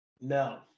No